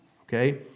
okay